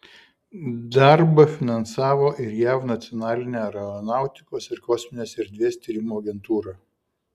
darbą finansavo ir jav nacionalinė aeronautikos ir kosminės erdvės tyrimų agentūra